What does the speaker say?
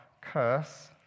curse